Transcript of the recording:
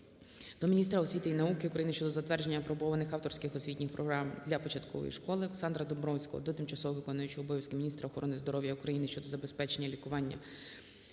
до міністра освіти і науки України щодо затвердження апробованих авторських освітніх програм для початкової школи. Олександра Домбровського до тимчасово виконуючої обов'язки міністра охорони здоров'я України щодо забезпечення лікування